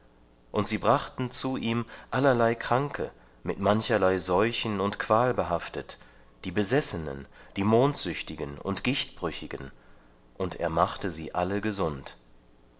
und sie brachten zu ihm allerlei kranke mit mancherlei seuchen und qual behaftet die besessenen die mondsüchtigen und gichtbrüchigen und er machte sie alle gesund